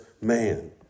man